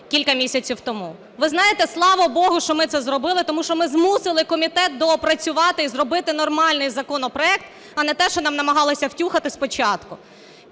кілька місяців тому. Ви знаєте, слава Богу, що ми це зробили, тому що ми змусили комітет доопрацювати і зробити нормальний законопроект, а не те, що нам намагалися "втюхати" спочатку.